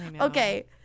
Okay